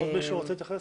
חסכנו לכם ישיבה.